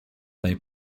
they